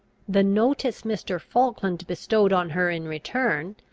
the notice mr. falkland bestowed on her in return,